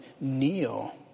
kneel